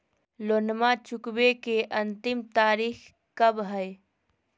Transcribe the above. लोनमा चुकबे के अंतिम तारीख कब हय?